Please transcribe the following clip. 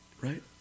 Right